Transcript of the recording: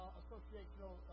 associational